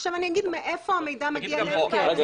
עכשיו אני אגיד מאיפה המידע מגיע אלינו.